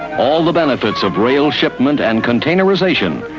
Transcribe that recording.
all the benefits of rail shipment and containerisation,